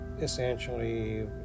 essentially